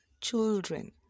children